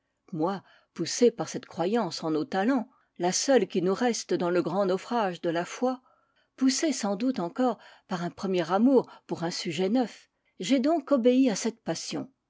moi poussé par cette croyance en nos talents la seule qui nous reste dans le grand naufrage de la foi poussé sans doute encore par un premier amour pour un sujet neuf j'ai donc obéi à cette passion